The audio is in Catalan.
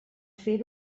fer